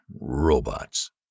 Robots